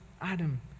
Adam